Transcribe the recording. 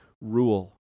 rule